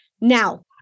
Now